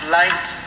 light